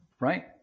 right